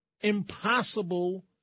impossible